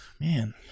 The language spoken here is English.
man